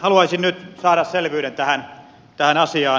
haluaisin nyt saada selvyyden tähän asiaan